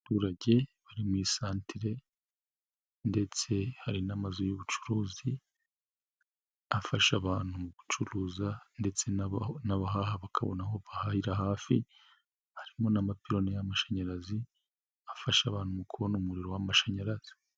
Abaturage bari mu i santere ndetse hari n'amazu y'ubucuruzi afasha abantu gucuruza ndetse aha bakabona aho bahahirira, hafi harimo n'amapironi y'amashanyarazi afasha abantu mu kubona umuriro w'amashanyarazi.